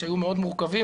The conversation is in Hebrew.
שהיו מאוד מורכבים,